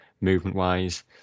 movement-wise